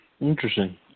Interesting